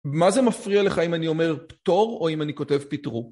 מה זה מפריע לך אם אני אומר פטור או אם אני כותב פיטרו?